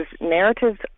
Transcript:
narratives